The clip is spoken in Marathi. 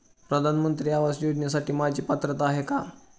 प्रधानमंत्री आवास योजनेसाठी माझी पात्रता आहे का?